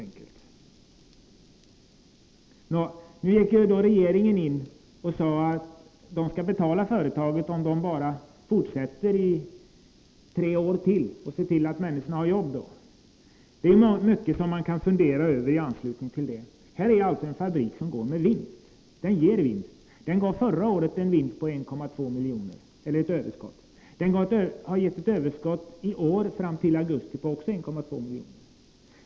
Nu gick regeringen in och sade att den skulle betala företaget, om företaget bara fortsätter i tre år till och ser till att människorna har jobb. Det är mycket man kan fundera över i anslutning till detta. Här är en fabrik som går med vinst. Förra året var överskottet 1,2 miljoner. Den har givit ett överskott fram till augusti i år på också 1,2 miljoner.